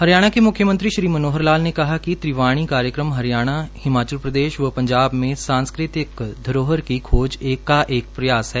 हरियाणा के मुख्यमंत्री श्री मनोहर लाल ने कहा कि त्रिवाणी कार्यक्रम तीन राज्यों हरियाणा हिमाचल प्रदेश व पंजाब में सांस्कृतिक धरोहर की खोज का एक प्रयास है